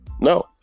No